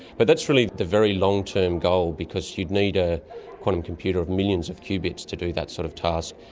but that's really the very long-term goal because you'd need a quantum computer of millions of qubits to do that sort of task,